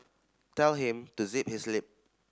tell him to zip his lip